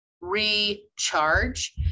recharge